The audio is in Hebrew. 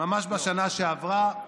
ממש בשנה שעברה,